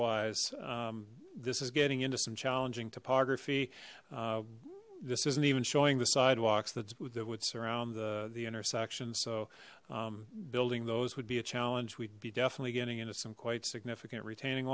wise um this is getting into some challenging topography uh this isn't even showing the sidewalks that would surround the the intersection so um building those would be a challenge we'd be definitely getting into some quite significant retaining